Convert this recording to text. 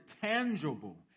tangible